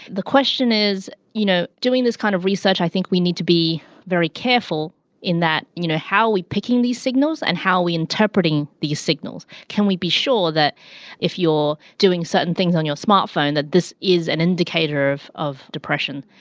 the question is, you know, doing this kind of research, i think we need to be very careful in that, you know how we're picking these signals and how we're interpreting these signals can we be sure that if you're doing certain things on your smart phone that this is an indicator of of depression.